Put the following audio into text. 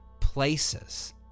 places